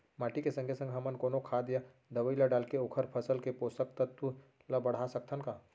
माटी के संगे संग हमन कोनो खाद या दवई ल डालके ओखर फसल के पोषकतत्त्व ल बढ़ा सकथन का?